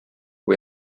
või